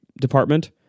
department